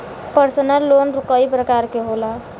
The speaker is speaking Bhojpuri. परसनल लोन कई परकार के होला